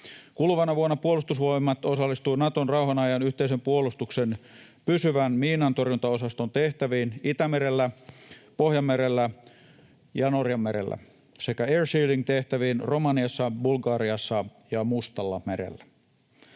Kuluvana vuonna Puolustusvoimat osallistuu Naton rauhan ajan yhteisen puolustuksen pysyvän miinantorjuntaosaston tehtäviin Itämerellä, Pohjanmerellä ja Norjanmerellä sekä air shielding ‑tehtäviin Romaniassa, Bulgariassa ja Mustallamerellä.